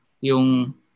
yung